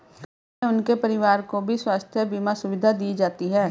मुफ्त में उनके परिवार को भी स्वास्थ्य बीमा सुविधा दी जाती है